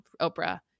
Oprah